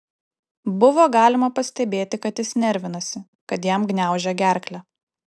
buvo galima pastebėti kad jis nervinasi kad jam gniaužia gerklę